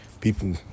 People